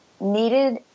needed